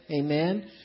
Amen